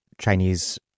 Chinese